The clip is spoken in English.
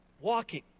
walking